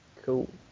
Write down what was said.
cool